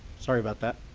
sorry about that.